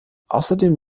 außerdem